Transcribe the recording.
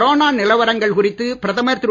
corona நிலவரங்கள் குறித்து பிரதமர் திரு